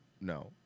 no